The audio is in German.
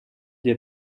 dir